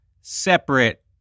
separate